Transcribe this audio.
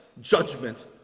judgment